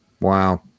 wow